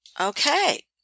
Okay